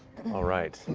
all right.